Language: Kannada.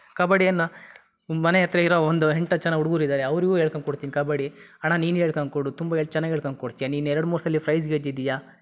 ಕಬಡ್ಡಿಯನ್ನ ಮನೆ ಹತ್ತಿರ ಇರೋ ಒಂದು ಎಂಟು ಹತ್ತು ಜನ ಹುಡ್ಗರು ಇದ್ದಾರೆ ಅವರಿಗೂ ಹೇಳ್ಕಂಡು ಕೊಡ್ತೀನಿ ಕಬಡ್ಡಿ ಅಣ್ಣ ನೀನು ಹೇಳ್ಕಂಡು ಕೊಡು ತುಂಬ ಹೇಳಿ ಚೆನ್ನಾಗಿ ಹೇಳ್ಕಂಡು ಕೊಡ್ತೀಯಾ ನೀನು ಎರಡು ಮೂರು ಸಾರಿ ಫ್ರೈಝ್ ಗೆದ್ದಿದ್ದೀಯ